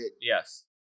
Yes